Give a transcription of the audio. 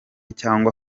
cyangwa